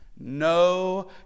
No